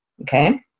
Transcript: okay